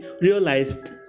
realized